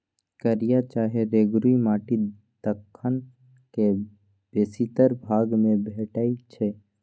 कारिया चाहे रेगुर माटि दक्कन के बेशीतर भाग में भेटै छै